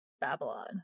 Babylon